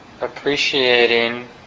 appreciating